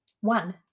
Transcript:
One